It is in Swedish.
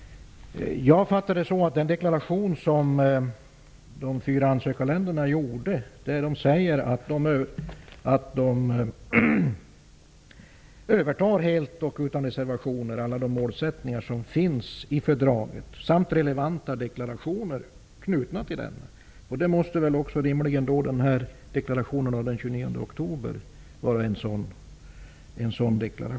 Jag fattar det så att de fyra ansökarländerna i sin deklaration helt och utan reservationer säger sig överta de målsättningar som finns i fördraget samt relevanta deklarationer knutna till denna. Rimligen måste deklarationen av den 29 oktober vara en sådan.